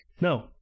No